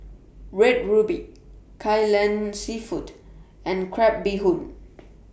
Red Ruby Kai Lan Seafood and Crab Bee Hoon